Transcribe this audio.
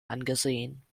angesehen